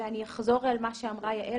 אני אחזור על מה שאמרה יעל.